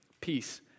peace